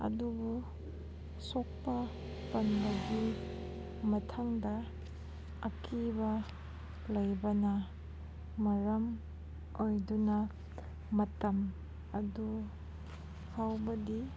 ꯑꯗꯨꯕꯨ ꯁꯣꯛꯄ ꯄꯟꯕꯒꯤ ꯃꯊꯪꯗ ꯑꯀꯤꯕ ꯂꯩꯕꯅ ꯃꯔꯝ ꯑꯣꯏꯗꯨꯅ ꯃꯇꯝ ꯑꯗꯨ ꯍꯥꯏꯕꯗꯤ